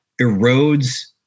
erodes